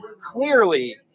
clearly